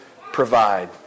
provide